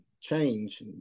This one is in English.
change